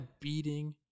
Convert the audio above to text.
beating